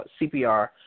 CPR